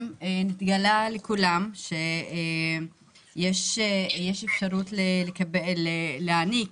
התגלה לכולם שיש אפשרות להעניק